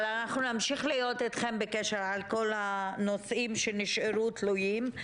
אבל אנחנו נמשיך להיות אתכם בקשר על כל הנושאים שנשארו תלויים.